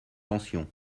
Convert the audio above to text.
pensions